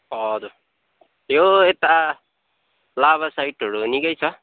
हजुर यो यता लाभा साइडहरू निकै छ